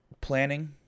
planning